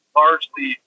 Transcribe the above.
largely